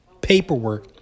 paperwork